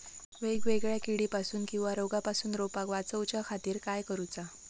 वेगवेगल्या किडीपासून किवा रोगापासून रोपाक वाचउच्या खातीर काय करूचा?